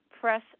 press